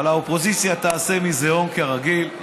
אבל האופוזיציה תעשה מזה הון, כרגיל.